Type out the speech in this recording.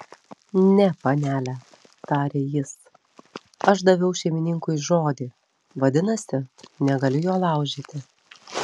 ne panele tarė jis aš daviau šeimininkui žodį vadinasi negaliu jo laužyti